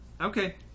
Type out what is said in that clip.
Okay